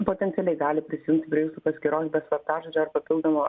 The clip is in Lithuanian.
potencialiai gali prisijungti prie jūsų paskyros slaptažodžio ar papildomo